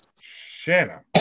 Shanna